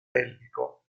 bellico